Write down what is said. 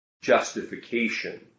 justification